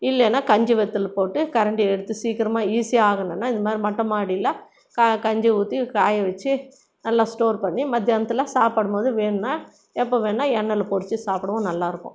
இல்லைன்னா கஞ்சி வற்றலு போட்டு கரண்டியை எடுத்து சீக்கரமாக ஈஸியாக ஆகணும்னா இது மாதிரி மொட்டை மாடியில கஞ்ச ஊற்றி காய வச்சி நல்லா ஸ்டோர் பண்ணி மதியானத்தில் சாப்பிடம்போது வேணும்னா எப்போ வேணா எண்ணெய்ல பொரித்து சாப்பிடுவோம் நல்லாயிருக்கும்